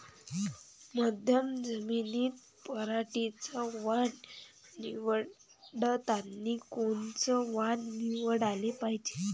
मध्यम जमीनीत पराटीचं वान निवडतानी कोनचं वान निवडाले पायजे?